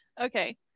Okay